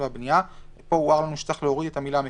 והבנייה; פה העירו לנו שצריך להוריד את המילה "מקומית".